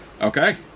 Okay